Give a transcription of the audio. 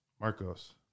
Marcos